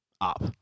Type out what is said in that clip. up